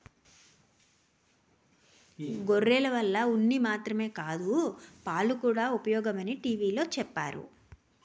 గొర్రెల వల్ల ఉన్ని మాత్రమే కాదు పాలుకూడా ఉపయోగమని టీ.వి లో చెప్పేరు